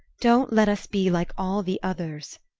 don't let us be like all the others!